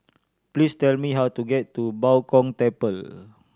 please tell me how to get to Bao Gong Temple